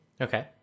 Okay